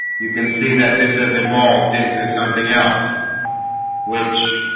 you can see that this has evolved into something else which